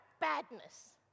badness